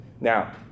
Now